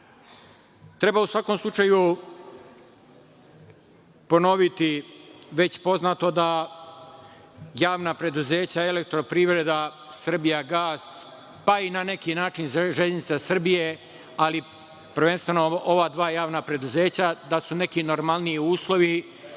u svakom slučaju ponoviti već poznato da javna preduzeća EPS, Srbijagas, i na neki način Železnice Srbije, ali prvenstveno ova dva javna preduzeća, da su neki normalniji uslovi,